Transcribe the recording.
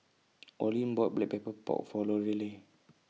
Olin bought Black Pepper Pork For Lorelei